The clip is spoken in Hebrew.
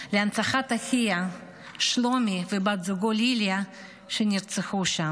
להנצחת אחיה שלומי ובת זוגו ליליה שנרצחו שם.